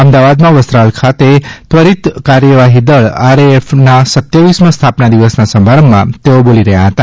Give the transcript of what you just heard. અમદાવાદમાં વસ્ત્રાલ ખાતે ત્વરીત કાર્યવાઠ્ઠી દળ આરએએફ ના રહમા સ્થાપના દિવસના સમારંભમાં તેઓ બોલી રહથાં હતા